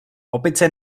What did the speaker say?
opice